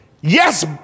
yes